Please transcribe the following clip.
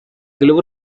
club